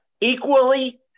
equally